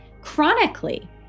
chronically